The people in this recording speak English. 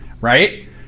right